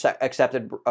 accepted